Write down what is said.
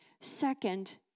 Second